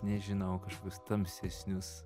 nežinau kažkokius tamsesnius